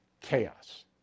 chaos